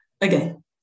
again